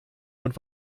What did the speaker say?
und